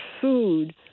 food